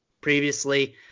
previously